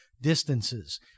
distances